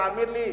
תאמין לי,